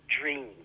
dream